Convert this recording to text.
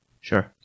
Sure